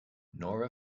nora